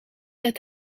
het